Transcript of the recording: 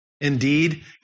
Indeed